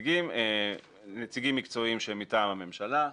נציגים נציגים מקצועיים שהם מטעם הממשלה,